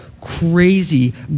crazy